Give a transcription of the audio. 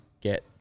get